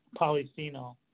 polyphenol